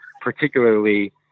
particularly